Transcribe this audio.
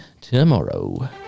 tomorrow